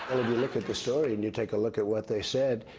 you look at the story, and you take a look at what they said,